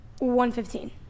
115